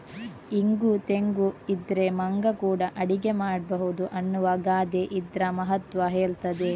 ಇಂಗು ತೆಂಗು ಇದ್ರೆ ಮಂಗ ಕೂಡಾ ಅಡಿಗೆ ಮಾಡ್ಬಹುದು ಅನ್ನುವ ಗಾದೆ ಇದ್ರ ಮಹತ್ವ ಹೇಳ್ತದೆ